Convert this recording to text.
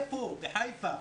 ועוד בחיפה,